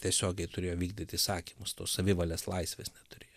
tiesiogiai turėjo vykdyt įsakymus tos savivalės laisvės neturėjo